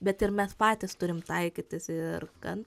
bet ir mes patys turim taikytis ir gan